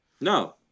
No